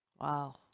Wow